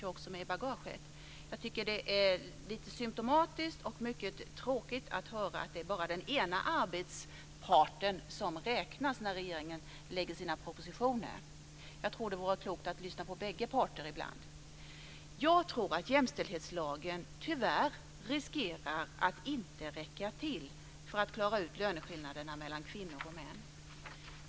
Jag tycker att det är lite symtomatiskt och mycket tråkigt att höra att det är bara den ena parten på arbetsmarknaden som räknas när regeringen lägger fram sina propositioner. Jag tror att det ibland vore klokt att lyssna på bägge parter eftersom jämställdhetslagen tyvärr riskerar att inte räcka till för att klara ut löneskillnaderna mellan kvinnor och män.